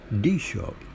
D-sharp